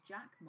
Jack